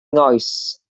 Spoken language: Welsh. nghoes